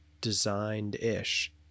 designed-ish